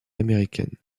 américaines